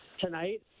tonight